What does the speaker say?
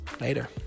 Later